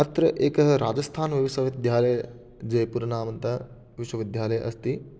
अत्र एकः राजस्थानविश्वविद्यालयः जयपुरनामतः विश्वविद्यालयः अस्ति